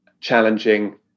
challenging